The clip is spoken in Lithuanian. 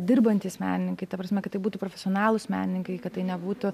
dirbantys menininkai ta prasme kad tai būtų profesionalūs menininkai kad tai nebūtų